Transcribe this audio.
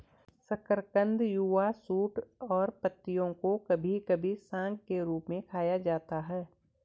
शकरकंद युवा शूट और पत्तियों को कभी कभी साग के रूप में खाया जाता है